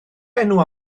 enw